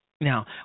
Now